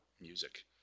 music